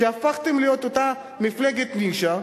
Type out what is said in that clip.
והפכתם להיות אותה מפלגת נישה,